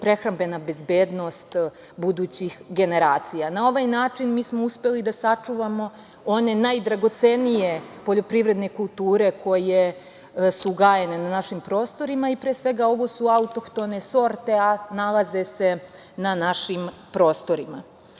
prehrambena bezbednosti budućih generacija. Na ovaj način mi smo uspeli da sačuvamo one najdragocenije poljoprivredne kulture koje su gajene na našim prostorima, i pre svega, ovo su autohtone sorte, a nalaze se na našim prostorima. Upravo